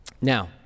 Now